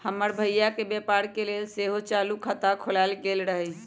हमर भइया के व्यापार के लेल सेहो चालू खता खोलायल गेल रहइ